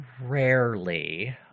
Rarely